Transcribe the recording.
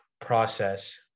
process